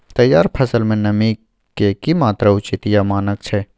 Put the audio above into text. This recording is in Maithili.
तैयार फसल में नमी के की मात्रा उचित या मानक छै?